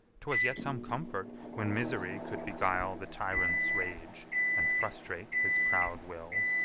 twas yet some comfort when misery could beguile the tyrant's rage and frustrate his proud will.